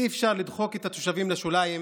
אי-אפשר לדחוק את התושבים לשוליים